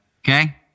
Okay